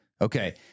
Okay